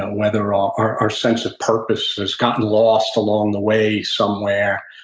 and whether ah our our sense of purpose has gotten lost along the way somewhere.